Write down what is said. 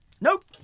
Nope